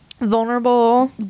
Vulnerable